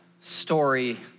story